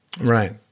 Right